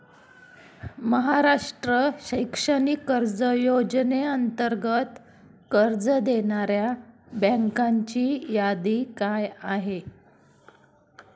महाराष्ट्र शैक्षणिक कर्ज योजनेअंतर्गत कर्ज देणाऱ्या बँकांची यादी काय आहे?